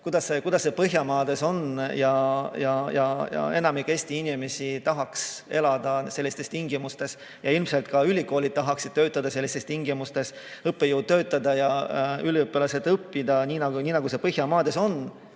kuidas on Põhjamaades. Enamik Eesti inimesi tahaks elada sellistes tingimustes ja ilmselt ka ülikoolid tahaksid töötada sellistes tingimustes, õppejõud töötada ja üliõpilased õppida, nagu on Põhjamaades.